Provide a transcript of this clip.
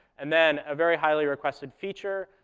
and then a very highly requested feature,